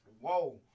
Whoa